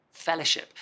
Fellowship